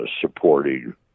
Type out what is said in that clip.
supporting